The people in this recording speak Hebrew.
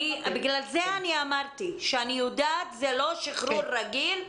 לכן אני אמרתי שאני יודעת שזה לא שחרור רגיל,